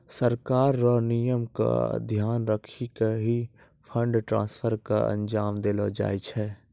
सरकार र नियम क ध्यान रखी क ही फंड ट्रांसफर क अंजाम देलो जाय छै